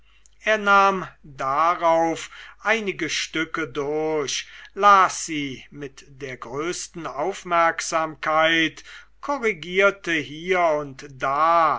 er nahm darauf einige stücke durch las sie mit der größten aufmerksamkeit korrigierte hier und da